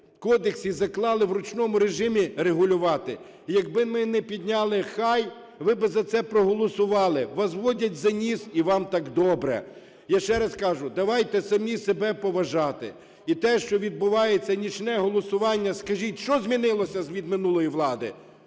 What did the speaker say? кодексі заклали в ручному режимі регулювати. І якби ми не підняли хай, ви би за це проголосували. Вас водять за ніс і вам так добре. Я ще раз кажу, давайте самі себе поважати. І те, що відбувається нічне голосування, скажіть: що змінилося з від минулої влади?